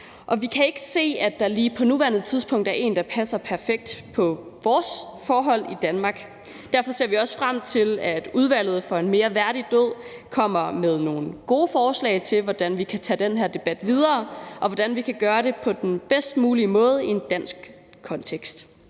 vi kan ikke se, at der lige på nuværende tidspunkt er en, der passer perfekt på vores forhold i Danmark. Derfor ser vi også frem til, at Udvalget for en mere værdig død kommer med nogle gode forslag til, hvordan vi kan tage den her debat videre, og hvordan vi kan gøre det på den bedst mulige måde i en dansk kontekst.